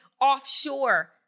offshore